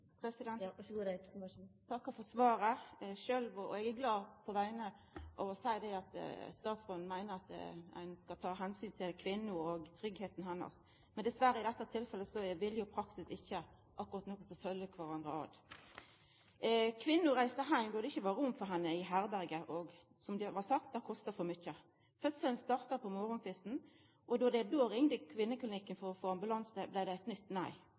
takkar for svaret. Eg er glad for at statsråden meiner at ein skal ta omsyn til kvinna og tryggleiken hennar. Men, diverre, i dette tilfellet er viljen og praksisen ikkje akkurat noko som følgjer kvarandre. Kvinna reiste heim då det ikkje var rom for henne i herberget, og, som det blei sagt, det kosta for mykje. Fødselen starta på morgonkvisten, og då dei då ringde kvinneklinikken for å få ambulanse, blei det eit nytt nei.